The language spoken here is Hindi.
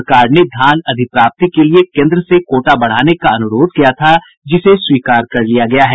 सरकार ने धान अधिप्राप्ति के लिए केन्द्र से कोटा बढ़ाने का अनुरोध किया था जिसे स्वीकार कर लिया गया है